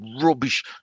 rubbish